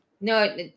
No